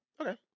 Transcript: Okay